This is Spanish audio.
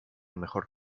mejor